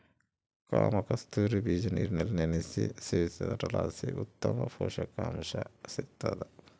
ಕಾಮಕಸ್ತೂರಿ ಬೀಜ ನೀರಿನಲ್ಲಿ ನೆನೆಸಿ ಸೇವಿಸೋದ್ರಲಾಸಿ ಉತ್ತಮ ಪುಷಕಾಂಶ ಸಿಗ್ತಾದ